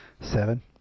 Seven